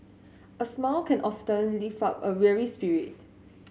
a smile can often lift up a weary spirit